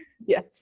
yes